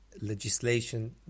legislation